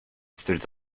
through